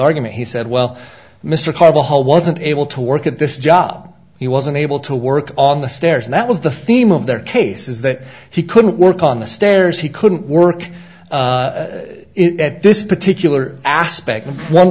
argument he said well mr carvalho wasn't able to work at this job he wasn't able to work on the stairs and that was the theme of their case is that he couldn't work on the stairs he couldn't work at this particular aspect of one